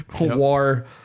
WAR